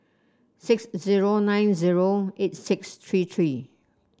six zero nine zero eight six three three